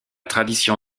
tradition